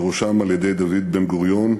ובראש על-ידי דוד בן-גוריון.